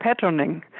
patterning